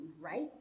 right